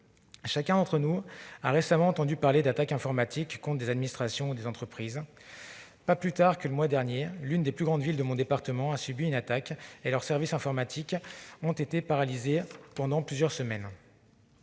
Chacun d'entre nous a récemment entendu parler d'attaques informatiques contre des administrations ou des entreprises. Pas plus tard que le mois dernier, l'une des plus grandes villes de mon département a subi une attaque, et ses services informatiques ont été paralysés pendant plusieurs semaines.